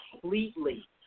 completely –